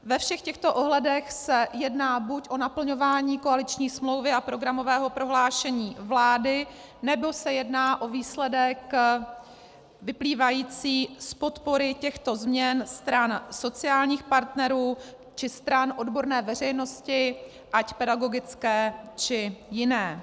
Ve všech těchto ohledech se jedná buď o naplňování koaliční smlouvy a programového prohlášení vlády, nebo se jedná o výsledek vyplývající z podpory těchto změn stran sociálních partnerů či stran odborné veřejnosti ať pedagogické, či jiné.